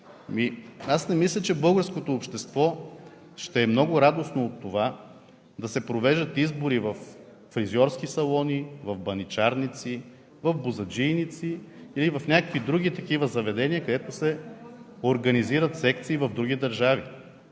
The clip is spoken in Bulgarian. аз не мисля, че българското общество ще е много радостно от това да се провеждат избори във фризьорски салони, в баничарници, в бозаджийници или в някакви други такива заведения, където се организират секции в други държави.